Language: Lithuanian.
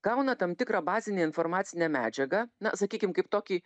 gauna tam tikrą bazinę informacinę medžiagą na sakykim kaip tokį